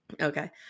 Okay